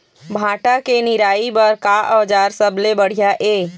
भांटा के निराई बर का औजार सबले बढ़िया ये?